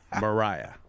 Mariah